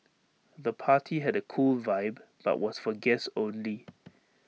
the party had A cool vibe but was for guests only